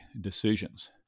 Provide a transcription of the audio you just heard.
decisions